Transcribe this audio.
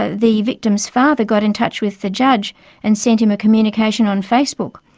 ah the victim's father got in touch with the judge and sent him a communication on facebook.